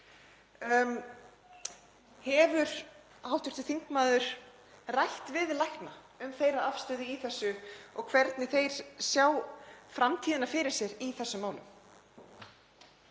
Hefur hv. þingmaður rætt við lækna um þeirra afstöðu og hvernig þeir sjá framtíðina fyrir sér í þessum málum?